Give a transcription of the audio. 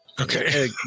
Okay